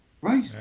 right